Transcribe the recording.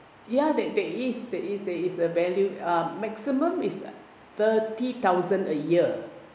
ya that that is that is that is a valid a maximum is thirty thousand a year